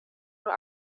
nur